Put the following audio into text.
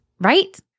right